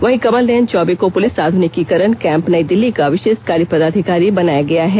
वहीं कमल नयन चौबे को पुलिस आधुनिकीकरण कैंप नयी दिल्ली का विषेष कार्य पदाधिकारी बनाया गया है